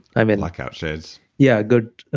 i mean blackout shades. yeah, good